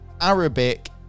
Arabic